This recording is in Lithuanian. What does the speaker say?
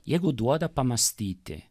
jeigu duoda pamąstyti